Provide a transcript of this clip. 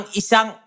isang